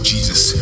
Jesus